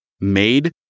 made